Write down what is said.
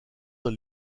dans